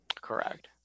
correct